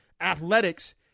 Athletics